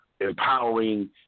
empowering